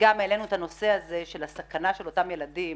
גם העלינו את הנושא הזה של הסכנה של אותם ילדים